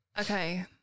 Okay